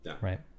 Right